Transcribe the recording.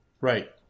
Right